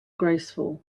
graceful